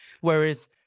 Whereas